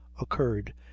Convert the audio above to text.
occurred